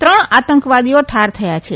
ત્રણ આતંકવાદીઓ ઠાર થયાં છે